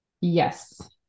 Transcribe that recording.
yes